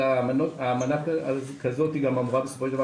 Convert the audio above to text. אלא אמנה כזאת היא גם אמורה בסופו של דבר